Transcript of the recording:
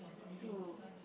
two